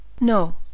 No